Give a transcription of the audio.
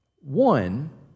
One